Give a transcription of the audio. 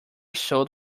sold